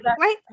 right